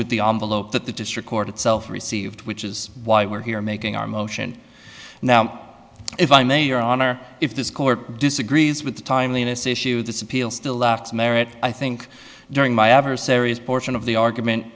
that the district court itself received which is why we're here making our motion now if i may your honor if this court disagrees with the timeliness issue this appeal still left merrit i think during my adversaries portion of the argument